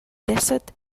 dèsset